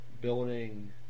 building